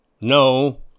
no